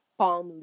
palm